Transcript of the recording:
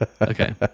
Okay